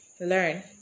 learn